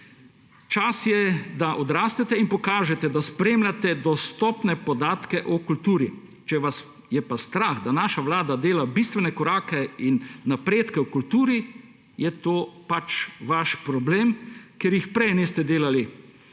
Čas je, da odrastete in pokažete, da spremljate dostopne podatke o kulturi. Če vas je pa strah, da naša vlada dela bistvene korake in napredke v kulturi, je to vaš problem, ker jih prej niste delali.